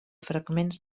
fragments